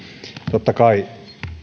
totta kai